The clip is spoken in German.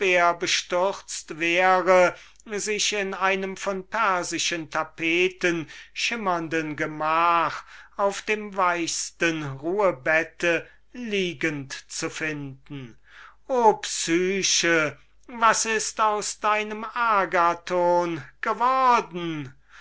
bestürzt wäre sich in einem mit persischen tapeten behangnen und von tausend kostbarkeiten schimmernden zimmer auf dem weichsten ruhebette liegend zu finden o psyche was ist aus deinem agathon worden